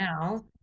now